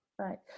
Right